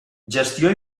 gestió